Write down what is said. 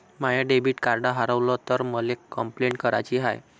माय debit card हारवल तर मले कंपलेंट कराची हाय